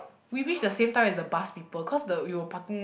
we reach the same time as the bus people cause the we were parking